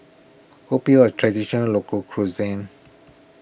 Kopi O a Traditional Local Cuisine